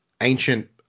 ancient